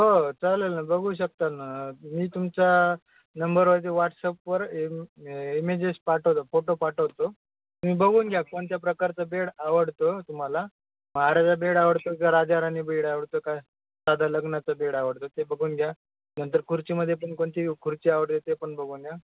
हो चालेल ना बघू शकता न मी तुमच्या नंबरवरती व्हॉट्सअपवर एम इमेजेस पाठवतो फोटो पाठवतो तुम्ही बघून घ्या कोणत्या प्रकारचं बेड आवडतो तुम्हाला महाराजा बेड आवडतो का राजाराणी बेड आवडतो का साधं लग्नाचं बेड आवडतं ते बघून घ्या नंतर खुर्चीमध्येपण कोणती खुर्ची आवडते तेपण बघून घ्या